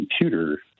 computer